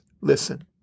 listen